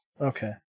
Okay